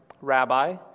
Rabbi